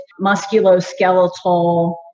musculoskeletal